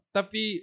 Tapi